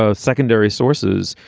ah secondary sources.